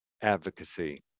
advocacy